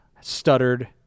stuttered